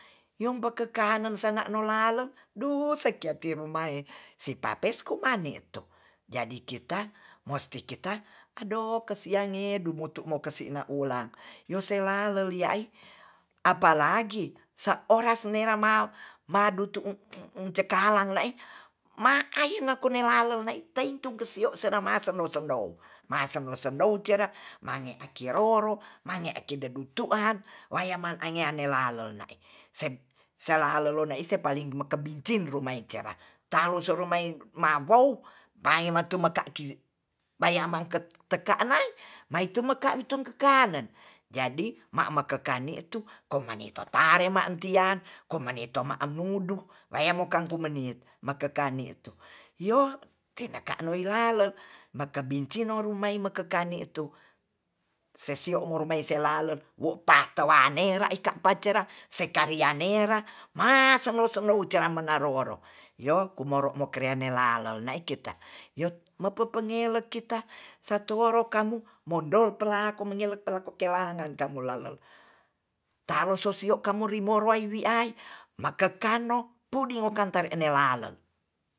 Yung bakekanen sana lolaleng duwuseki ti mumae sipapes ku mani'to jadi kita mosti kita adoh kasiangedumotu mo kasina ulang yosela leli ai apalagi seoras nela madut cakalang lei ma aina konelalu nei tei tu kesio seramau senou-senou ma senou-senou tera mange aki rorou mange ekei dodutuan wayaman ange ade lalou na'e selalu lone iket paling mekep bintin tinru maitera talu solumain mawou maimatu maka ki bayamangket teka naei maitu meka itung kekanen jadi ma ma kekani tu komanito tarem ma tian komaneto ma'em nuduh wayem mokan pu menit mekekani tu yo ki na ka'ne lalen mekebinci roru maimo kekane itu sesio morom meisel lalen wo pate wanera ika acera sekalianne nera ma selou-lelo teran mangaro-ngoro yo kumoro mokrene lalou ne kita yot mepe pengele kita satuaworo kamu modo pelako mengelon pelako kelangan kanlulalol talo so sio kamun rimorai wi'ai makekano pudi ngo kanter ene lalol